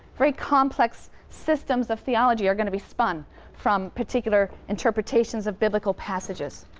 very complex systems of theology are going to be spun from particular interpretations of biblical passages.